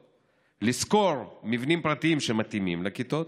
2. לשכור מבנים פרטיים שמתאימים לכיתות